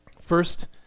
First